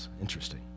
Interesting